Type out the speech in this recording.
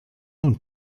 und